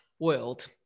world